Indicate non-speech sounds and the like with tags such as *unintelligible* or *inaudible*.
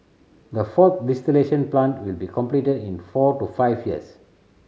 the fourth *unintelligible* plant will be completed in four to five years